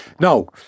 No